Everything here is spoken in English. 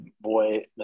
boy